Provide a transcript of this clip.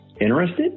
Interested